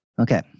Okay